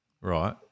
Right